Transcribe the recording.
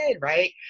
right